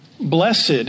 blessed